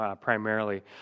primarily